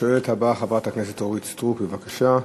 השואלת הבאה, חברת הכנסת אורית סטרוק, בבקשה.